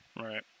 right